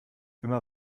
immer